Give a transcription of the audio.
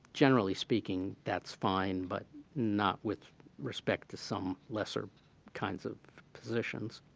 generally speaking, that's fine but not with respect to some lesser kinds of positions.